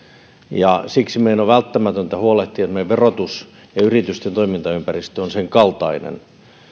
siksi meidän on välttämätöntä huolehtia että meidän verotus ja yritysten toimintaympäristö on senkaltainen